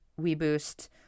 WeBoost